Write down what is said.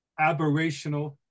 aberrational